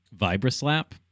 vibra-slap